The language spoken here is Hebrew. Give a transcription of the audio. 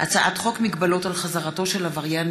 הצעת חוק מגבלות על חזרתו של עבריין